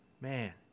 man